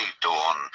dawn